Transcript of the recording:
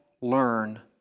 learn